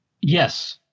Yes